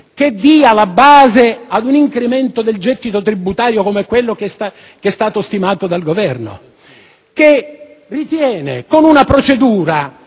che sia la base ad un incremento del gettito tributario come quello stimato dal Governo, che ritiene di adottare una procedura